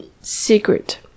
secret